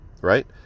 right